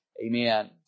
Amen